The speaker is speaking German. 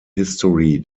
history